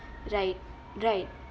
right right